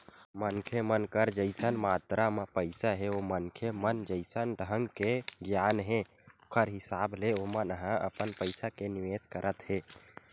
मनखे मन कर जइसन मातरा म पइसा हे ओ मनखे म जइसन ढंग के गियान हे ओखर हिसाब ले ओमन ह अपन पइसा के निवेस करत हे